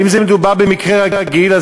ואם מדובר במקרה רגיל,